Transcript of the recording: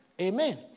Amen